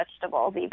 vegetables